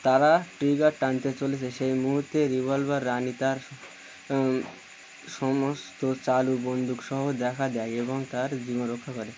তারা ট্রিগার টানতে চলেছে সেই মুহুর্তে রিভলভার রানী তার সমস্ত চালু বন্দুকসহ দেখা দেয় এবং তার জীবন রক্ষা করে